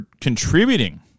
contributing